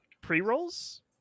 pre-rolls